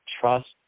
trust